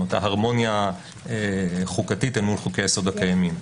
ההרמוניה החוקתית אל מול חוקי היסוד הקיימים.